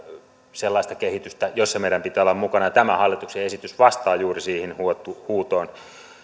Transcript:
sellaista kehitystä jossa meidän pitää olla mukana ja tämä hallituksen esitys vastaa juuri siihen huutoon